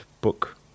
book